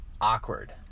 awkward